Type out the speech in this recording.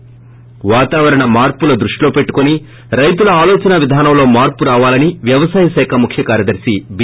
ి వాతావరణ మార్పులను దృష్టిలో పెట్టుకుని రైతుల ఆలోచన విధానంలో మార్పురావాలని వ్యవసాయ శాఖ ముఖ్య కార్యదర్ని బి